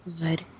good